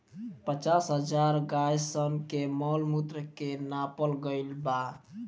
पचास हजार गाय सन के मॉल मूत्र के नापल गईल बा